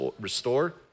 restore